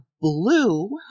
blue